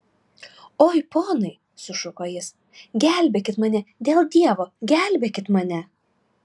oi ponai sušuko jis gelbėkit mane dėl dievo gelbėkit mane